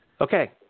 Okay